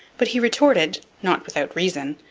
but he retorted, not without reason,